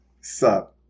Sup